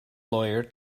lawyer